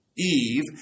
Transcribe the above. Eve